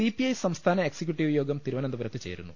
C P I സംസ്ഥാന executive യോഗം തിരുവനന്തപുരത്ത് ചേരുന്നു